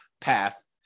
path